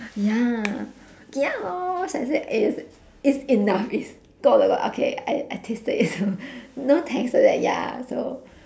ya ya lor so I say eh it's it's enough it's 够了啦 okay I I tasted it so no thanks to that ya so